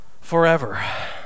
forever